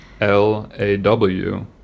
l-a-w